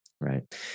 Right